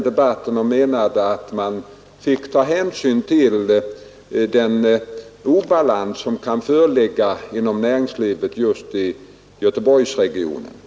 Han menade att man fick ta hänsyn till den obalans som kan föreligga inom näringslivet just i Göteborgsregionen.